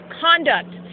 conduct